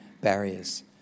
barriers